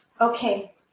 Okay